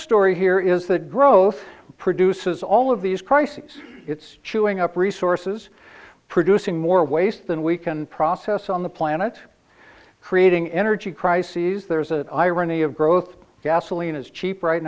story here is that growth produces all of these crises it's chewing up resources producing more ways than we can process on the planet creating energy crises there's an irony of growth gasoline is cheap right